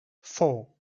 four